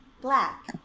black